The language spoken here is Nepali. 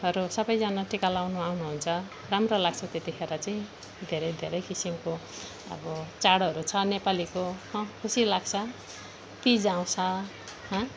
हरू सबैजना टिका लाउनु आउनुहुन्छ राम्रो लाग्छ त्यतिखेर चाहिँ धेरै धेरै किसिमको अब चाडहरू छ नेपालीको हो खुसी लाग्छ तिज आउँछ हँ